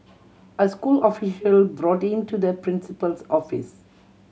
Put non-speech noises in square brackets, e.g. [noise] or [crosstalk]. a school official brought [unintelligible] to the principal's office